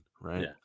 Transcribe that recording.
right